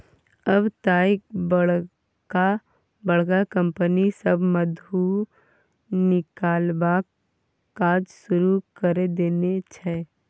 आब तए बड़का बड़का कंपनी सभ मधु निकलबाक काज शुरू कए देने छै